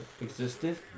existed